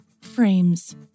Frames